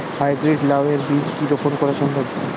High breed লাও এর বীজ কি রোপন করা সম্ভব?